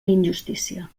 injustícia